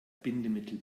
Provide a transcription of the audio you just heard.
bindemittel